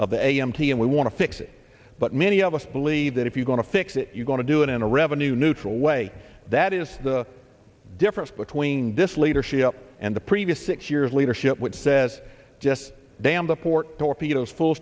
of the a m t and we want to fix it but many of us believe that if you're going to fix it you're going to do it in a revenue neutral way that is the difference between this leadership and the previous six years leadership which says just damn the port torpedoes full